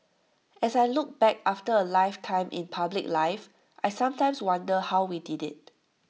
as I look back after A lifetime in public life I sometimes wonder how we did IT